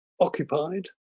occupied